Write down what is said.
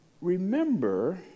remember